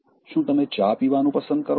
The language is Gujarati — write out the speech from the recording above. શું તમે ચા પીવાનું પસંદ કરો છો